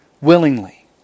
willingly